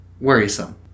worrisome